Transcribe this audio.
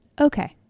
okay